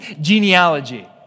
genealogy